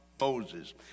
Moses